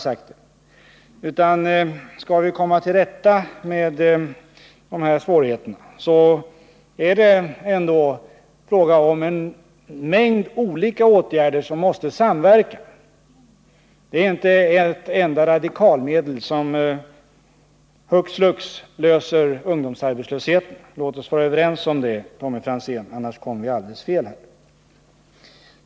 Skall vi komma till rätta med dessa svårigheter måste det bli fråga om en mängd olika åtgärder som samverkar. Det är inte ett enda radikalmedel som hux flux löser ungdomsarbetslösheten. Låt oss vara överens om det, Tommy Franzén, annars blir det alldeles fel.